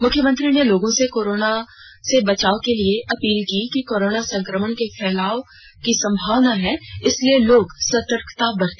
मुख्यमंत्री ने लोगों से कोरोना बचाव के लिए अपील की कि कोरोना संकमण के फैलाव की संभावना है इसलिए लोग सतर्कता बरते